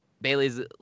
bailey's